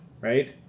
right